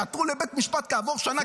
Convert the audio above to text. שעתרו לבית משפט כעבור שנה,